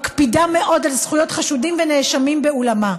מקפידה מאוד על זכויות חשודים ונאשמים באולמה.